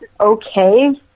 okay